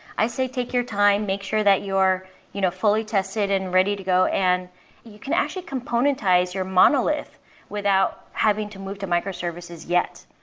i say take your time. make sure that you're you know fully tested and ready to go and you can actually componentize your monolith without having to move to microservices yet.